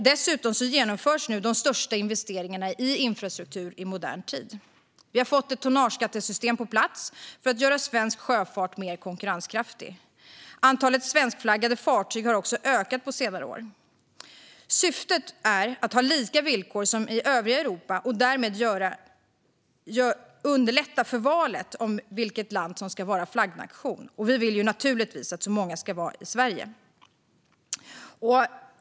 Dessutom genomförs nu de största investeringarna i infrastruktur i modern tid. Vi har fått ett tonnageskattesystem på plats för att göra svensk sjöfart mer konkurrenskraftig. Antalet svenskflaggade fartyg har också ökat på senare år. Syftet är att ha lika villkor som i övriga Europa och därmed underlätta valet av vilket land som ska vara flaggnation. Vi vill naturligtvis att så många som möjligt ska välja Sverige.